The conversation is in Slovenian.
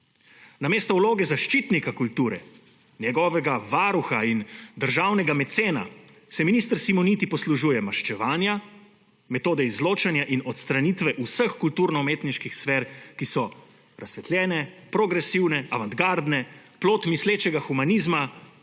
Namesto vloge zaščitnika kulture, njenega varuha in državnega mecena, se minister Simoniti poslužuje maščevanja, metode izločanja in odstranitve vseh kulturno-umetniških sfer, ki so razsvetljene, progresivne, avantgardne, plod mislečega humanizma,